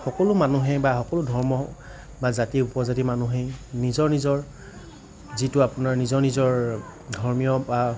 সকলো মানুহে বা সকলো ধৰ্ম বা জাতি উপজাতি মানুহেই নিজৰ নিজৰ যিটো আপোনাৰ নিজৰ নিজৰ ধৰ্মীয়